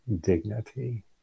dignity